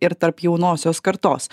ir tarp jaunosios kartos